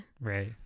right